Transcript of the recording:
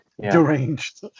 deranged